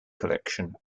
collection